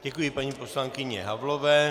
Děkuji paní poslankyni Havlové.